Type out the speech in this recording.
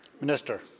Minister